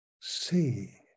See